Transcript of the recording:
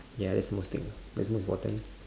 ya that's most im~ that's most important